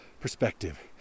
perspective